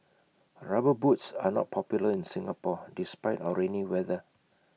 rubber boots are not popular in Singapore despite our rainy weather